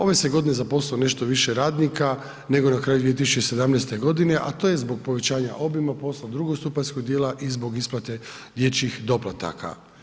Ove se godine zaposlilo nešto više radnika nego na kraju 2017. godine, a to je zbog povećanja obima posla drugostupanjskog djela i zbog isplate dječjih doplataka.